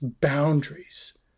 boundaries